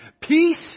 peace